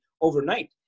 overnight